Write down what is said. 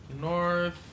North